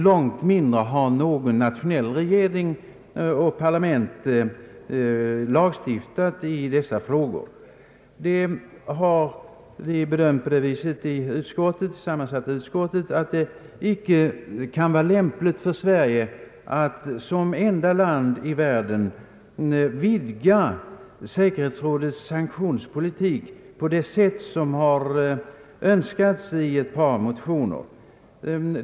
Långt mindre har någon nationell regering eller något parlament lagstiftat i dessa frågor. Därför har vi i det sammansatta utskottet bedömt det så att det inte kan vara lämpligt för Sverige att såsom enda land i världen utvidga säkerhetsrådets sanktionspolitik på det sätt som har önskats i ett par motioner.